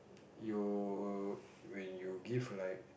you when you give like